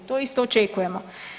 To isto očekujemo.